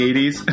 80s